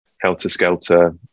helter-skelter